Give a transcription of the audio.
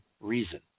reason